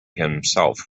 himself